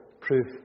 proof